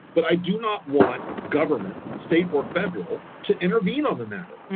but i do not want government, state or federal to intervene on the matter.